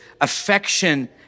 affection